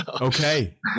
Okay